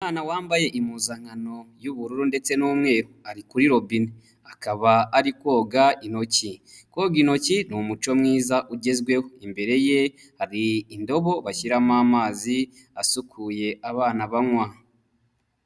Umwana wambaye impuzankano y'ubururu ndetse n'umweru ari kuri robine, akaba ari koga intoki, koga intoki ni umuco mwiza ugezweho, imbere ye hari indobo bashyiramo amazi asukuye abana banywa.